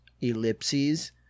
Ellipses